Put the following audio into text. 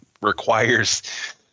requires